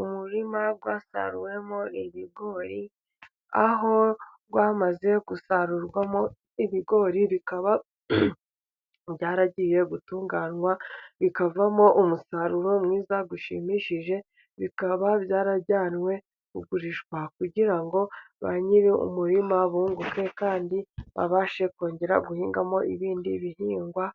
Umurima wasaruwemo ibigori, aho wamaze gusarurwamo ibigori bikaba byaragiye gutunganywa bikavamo umusaruro mwiza ushimishije, bikaba byarajyanywe kugurishwa kugira ngo ba nyiri umurima bunguke, kandi babashe kongera guhingamo ibindi bihingwa